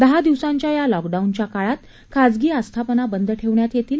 दहा दिवसांच्या या लॉकडाऊनच्या काळात खासगी आस्थापना बंद ठेवण्यात येतील